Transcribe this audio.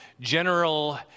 general